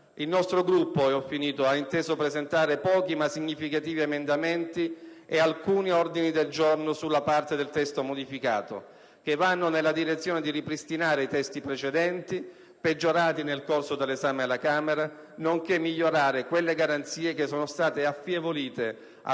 Il nostro Gruppo ha inteso presentare pochi ma significativi emendamenti e alcuni ordini del giorno sulla parte modificata del testo, che vanno nella direzione di ripristinare i testi precedenti, peggiorati nel corso dell'esame alla Camera dei deputati, nonché di migliorare quelle garanzie, che sono state affievolite, di